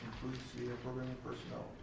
you know program and personnel.